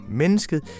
mennesket